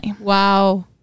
wow